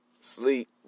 sleep